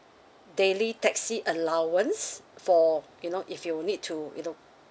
daily taxi allowance for you know if you would need to you know